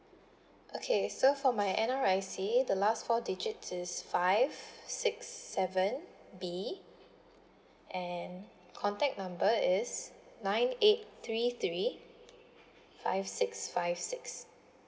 okay so for my N_R_I_C the last four digits is five six seven B and contact number is nine eight three three five six five six